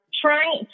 Trying